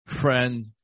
friend